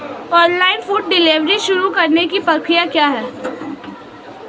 Online food delivery शुरू करने की प्रक्रिया क्या है?